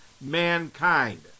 mankind